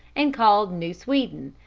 and called new sweden.